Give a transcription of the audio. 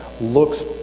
looks